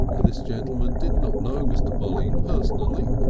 this gentleman did not know mr. polly personally,